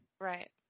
Right